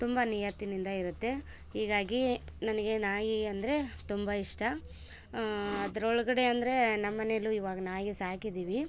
ತುಂಬ ನಿಯತ್ತಿನಿಂದ ಇರುತ್ತೆ ಹೀಗಾಗಿ ನನಗೆ ನಾಯಿ ಅಂದರೆ ತುಂಬ ಇಷ್ಟ ಅದರೊಳಗಡೆ ಅಂದರೆ ನಮ್ಮನೇಲಿ ಇವಾಗ ನಾಯಿ ಸಾಕಿದ್ದೀವಿ